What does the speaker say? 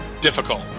difficult